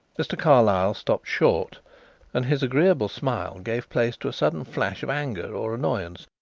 mr. carlyle stopped short and his agreeable smile gave place to a sudden flash of anger or annoyance.